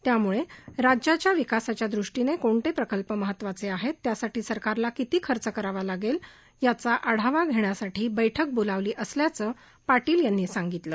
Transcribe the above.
त्यामुळे राज्याच्या विकासाच्या दृष्टीने कोणते प्रकल्प महत्वाचे आहेत त्यासाठी सरकारला किती खर्च करावा लागेल याचा आढावा घेण्यासाठी बैठक बोलावली असल्याचं पाटील यांनी सांगितलं